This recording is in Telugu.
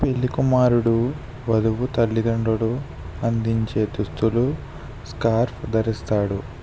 పెళ్ళి కుమారుడు వధువు తల్లిదండ్రులు అందించే దుస్తులు స్కార్ఫ్ ధరిస్తాడు